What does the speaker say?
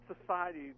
society